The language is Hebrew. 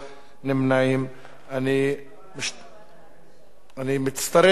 אני מצטרף לברכות ליושב-ראש הוועדה,